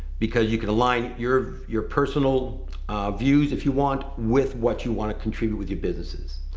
because you can align your your personal views, if you want, with what you wanna contribute with your businesses.